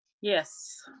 Yes